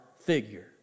figure